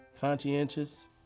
Conscientious